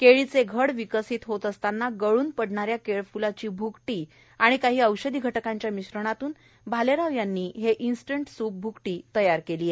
केळीचे घड विकसीत होत असताना गळून पडणाऱ्या केळफ्लाची भ्कटी आणि काही औषधी घटकांच्या मिश्रणातून भालेराव यांनी इन्स्टंट स्प भूकटी तयार केली आहे